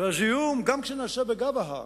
וזיהום, גם כשהוא נעשה בגב ההר,